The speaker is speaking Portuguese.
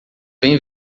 bem